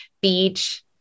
beach